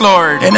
Lord